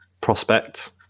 prospect